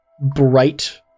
bright